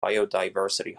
biodiversity